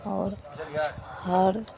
आओर हर